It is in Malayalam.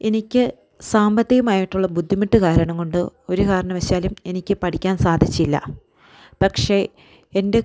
എനിക്ക് സാമ്പത്തികമായിട്ടുള്ള ബുദ്ധിമുട്ട് കാരണംകൊണ്ട് ഒരു കാരണവശാലും എനിക്ക് പഠിക്കാൻ സാധിച്ചില്ല പക്ഷേ എൻ്റെ